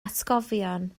atgofion